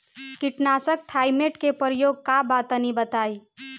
कीटनाशक थाइमेट के प्रयोग का बा तनि बताई?